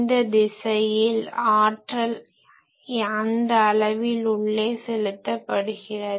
இந்த திசையில் ஆற்றல் அந்த அளவில் உள்ளே செலுத்தப்படுகிறது